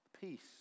Peace